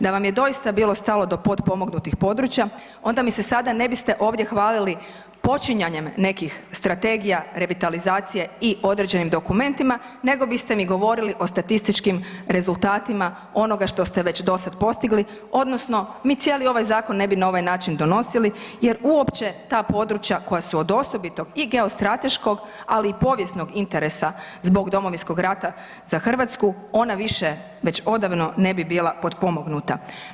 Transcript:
Da vam je doista bilo stalo do potpomognutih područja onda mi se sada ne biste ovdje hvalili počinjanjem nekih strategija revitalizacije i određenim dokumentima nego biste mi govorili o statističkim rezultatima onoga što ste već dosada postigli odnosno mi cijeli ovaj zakon ne bi na ovaj način donosili jer uopće ta područja koja su od osobitog i geostrateškog ali i povijesnog interesa zbog Domovinskog rata za Hrvatsku ona više već odavno ne bi bila potpomognuta.